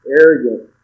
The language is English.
arrogant